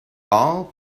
all